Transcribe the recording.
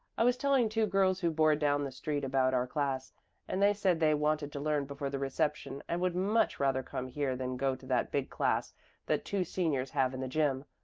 i was telling two girls who board down the street about our class and they said they wanted to learn before the reception and would much rather come here than go to that big class that two seniors have in the gym.